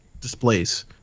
displays